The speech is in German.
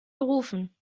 gerufen